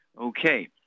Okay